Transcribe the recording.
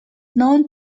known